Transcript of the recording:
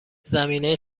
زمینه